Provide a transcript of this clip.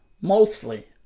mostly